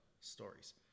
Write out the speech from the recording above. Stories